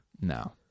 no